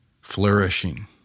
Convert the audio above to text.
flourishing